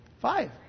Five